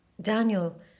Daniel